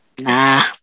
Nah